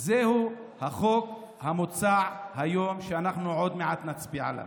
זהו החוק המוצע היום, שאנחנו עוד מעט נצביע עליו.